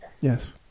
Yes